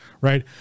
right